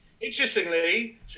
Interestingly